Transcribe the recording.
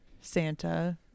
Santa